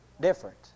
different